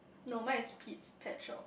no mine is Pete's Pet Shop